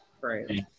Right